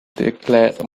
declared